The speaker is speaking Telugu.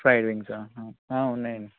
ఫ్రైడ్ వింగ్స్ ఉన్నాయండి